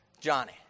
Johnny